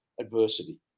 adversity